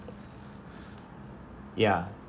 ya